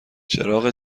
چراغ